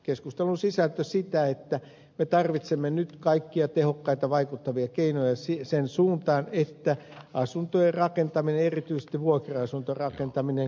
keskustelun sisältö on sitä että me tarvitsemme nyt kaikkia tehokkaita vaikuttavia keinoja sen suuntaan että asuntojen rakentaminen erityisesti vuokra asuntorakentaminen käynnistyisi